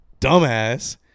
dumbass